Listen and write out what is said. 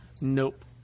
Nope